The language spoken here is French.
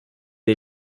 des